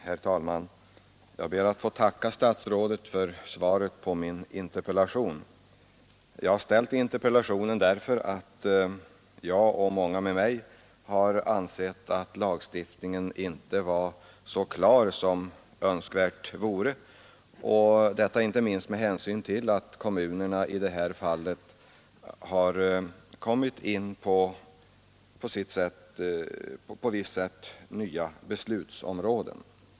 Herr talman! Jag ber att få tacka statsrådet för svaret på min interpellation. Jag har ställt interpellationen därför att jag och många med mig anser att lagstiftningen inte är så klar som önskvärt vore — detta inte minst med hänsyn till att kommunerna på det område interpellationen berör på sätt och vis har kommit in på nya beslutsområden.